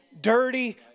dirty